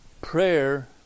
Prayer